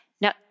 Now